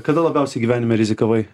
kada labiausiai gyvenime rizikavai